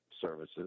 services